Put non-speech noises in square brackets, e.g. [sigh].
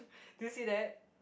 [breath] do you see that